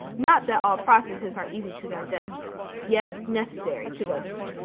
not that all processes are easy to digest yet necessary to go through.